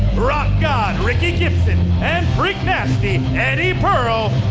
rock god ricky gibson and freak nasty eddie pearl,